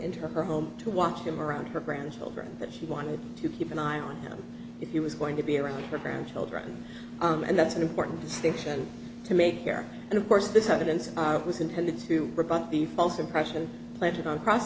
into her home to watch him around her grandchildren that she wanted to keep an eye on him if he was going to be around her grandchildren and that's an important distinction to make here and of course this evidence was intended to rebut the false impression planted on cross